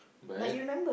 but